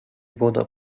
woda